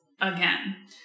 again